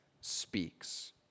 speaks